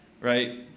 Right